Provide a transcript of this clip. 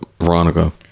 veronica